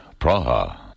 Praha